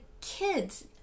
kids